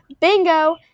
Bingo